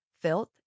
Filth